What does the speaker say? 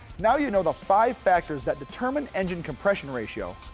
now you know the five factors that determine engine compression ratio.